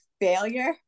failure